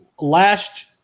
Last